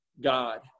God